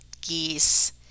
geese